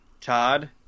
Todd